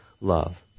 love